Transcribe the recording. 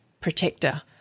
protector